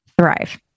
thrive